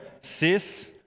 sis